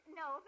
no